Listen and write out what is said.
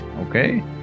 okay